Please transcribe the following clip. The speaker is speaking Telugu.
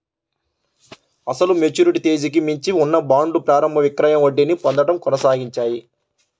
అసలు మెచ్యూరిటీ తేదీకి మించి ఉన్న బాండ్లు ప్రారంభ విక్రయం వడ్డీని పొందడం కొనసాగించాయి